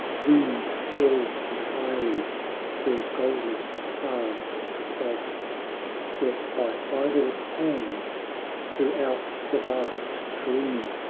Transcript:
doomed all futilely their goalless paths to plod set by idle hands throughout the vast careening,